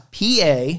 pa